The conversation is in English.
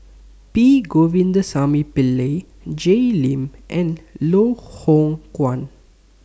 P Govindasamy Pillai Jay Lim and Loh Hoong Kwan